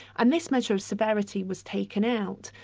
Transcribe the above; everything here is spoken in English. and this measure of severity was taken out,